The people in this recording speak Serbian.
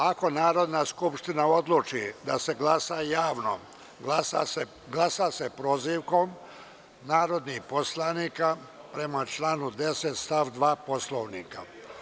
Ako Narodna skupština odluči da se glasa javno, glasa se prozivkom narodnih poslanika prema članu 10. stav 2. Poslovnika.